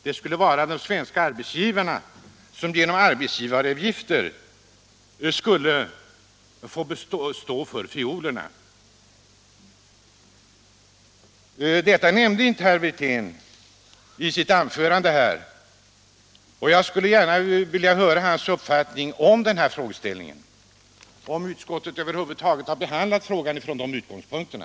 Det blev de svenska arbetsgivarna som genom arbetsgivaravgifter skulle få stå för fiolerna. Det nämnde inte herr Wirtén i sitt anförande, och jag skulle gärna vilja höra hans uppfattning i denna fråga. Har utskottet över huvud taget behandlat frågan med de utgångspunkterna?